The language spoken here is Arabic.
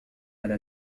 على